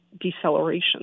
deceleration